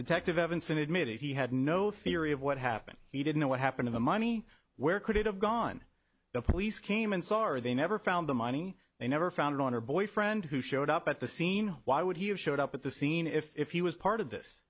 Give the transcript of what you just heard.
detective evanson admitted he had no theory of what happened he didn't know what happened in the money where could it have gone the police came and saw or they never found the money they never found it on her boyfriend who showed up at the scene why would he have showed up at the scene if he was part of this